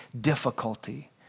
difficulty